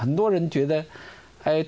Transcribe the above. i'm not into the